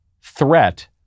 threat